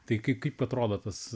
tai kaip kaip atrodo tas